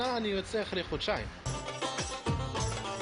זה גם מביא רייטינג